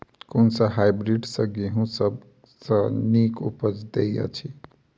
कुन सँ हायब्रिडस गेंहूँ सब सँ नीक उपज देय अछि?